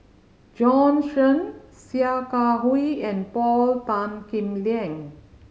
Jorn Shen Sia Kah Hui and Paul Tan Kim Liang